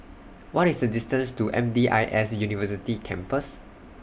What IS The distance to M D I S University Campus